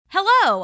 Hello